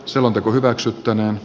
selonteko hylätään